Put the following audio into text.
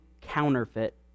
counterfeit